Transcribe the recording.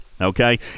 Okay